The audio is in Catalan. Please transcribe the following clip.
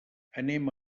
anem